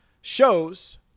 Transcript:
shows